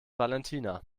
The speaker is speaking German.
valentina